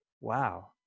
wow